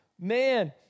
man